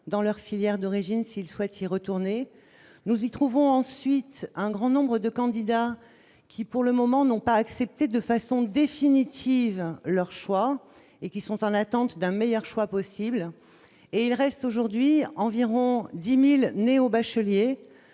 dans leur filière d'origine s'il souhaite y retourner, nous y trouvons ensuite un grand nombre de candidats qui pour le moment, n'ont pas accepté de façon définitive leur choix et qui sont en attente d'un meilleur choix possible et il reste aujourd'hui environ 10000 néo-bachelier